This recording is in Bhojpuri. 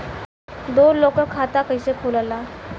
दो लोगक खाता कइसे खुल्ला?